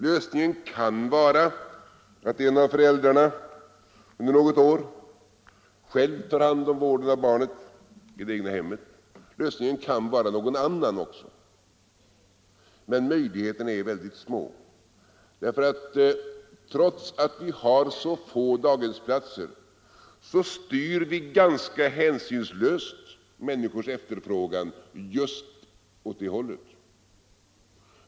Lösningen kan vara att en av föräldrarna under något år själv tar hand om vården av barnen i det egna hemmet. Lösningen kan också vara någon annan, men möjligheterna är mycket små. Trots att vi har så få daghemsplatser, styr vi ganska hänsynslöst människors efterfrågan just åt det hållet.